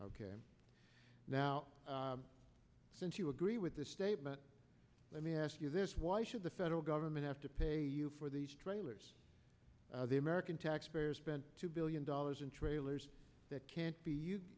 sir now since you agree with this statement let me ask you this why should the federal government have to pay you for these trailers the american taxpayers spent two billion dollars in trailers that can't be